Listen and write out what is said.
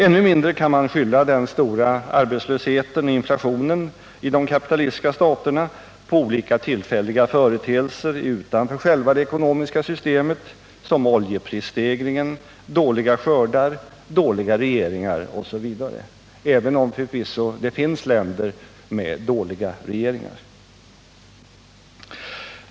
Ännu mindre kan man skylla den stora arbetslösheten och inflationen i de kapitalistiska staterna på olika tillfälliga företeelser utanför själva det ekonomiska systemet, som oljeprisstegringen, dåliga skördar, dåliga regeringar osv. — även om det förvisso finns länder med dåliga regeringar.